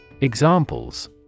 Examples